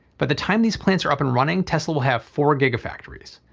but the time these plants are up and running tesla will have four gigafactories.